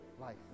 life